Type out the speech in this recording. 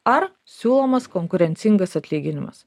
ar siūlomas konkurencingas atlyginimas